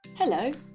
Hello